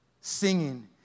Singing